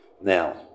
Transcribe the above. Now